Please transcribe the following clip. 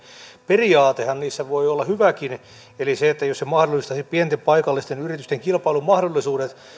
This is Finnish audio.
periaatehan niissä voi olla hyväkin eli se jos ne mahdollistaisivat pienten paikallisten yritysten kilpailumahdollisuudet